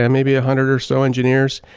yeah maybe a hundred or so engineers.